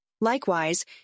Likewise